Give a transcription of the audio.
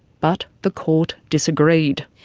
but the court disagreed.